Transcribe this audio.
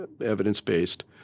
evidence-based